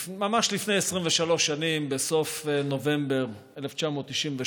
ממש לפני 23 שנים, בסוף נובמבר 1997,